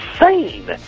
insane